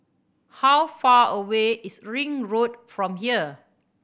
how far away is Ring Road from here